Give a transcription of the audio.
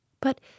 But